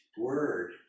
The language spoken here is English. word